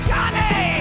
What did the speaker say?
Johnny